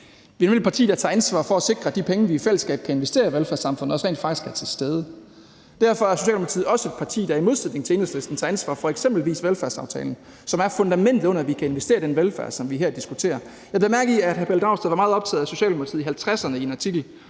nemlig et parti, der tager ansvar for at sikre, at de penge, vi i fællesskab kan investere i velfærdssamfundet, også rent faktisk er til stede. Derfor er Socialdemokratiet også et parti, der i modsætning til Enhedslisten tager ansvar for eksempelvis velfærdsaftalen, som er fundamentet under, at vi kan investere i den velfærd, som vi her diskuterer. Jeg bed mærke i, at hr. Pelle Dragsted var meget optaget af Socialdemokratiet i 1950'erne i en artikel